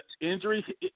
injury